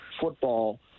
football